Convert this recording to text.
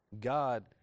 God